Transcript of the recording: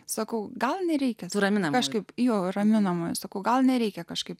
sakau gal nereikia suramina kažkaip jo raminamojo sakau gal nereikia kažkaip